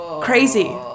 Crazy